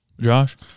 Josh